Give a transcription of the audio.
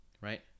right